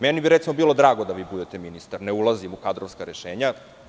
Meni bi bilo drago da vi budete ministar, da ne ulazim u kadrovska rešenja.